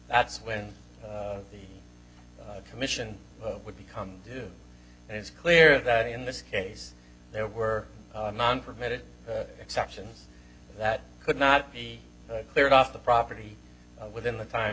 that's when the commission would become due and it's clear that in this case there were non permitted exceptions that could not be cleared off the property within the time